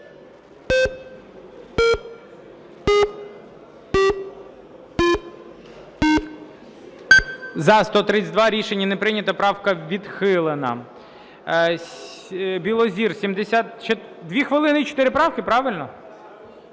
За-132 Рішення не прийнято. Правка відхилена. Білозір. Дві хвилини і чотири правки, правильно?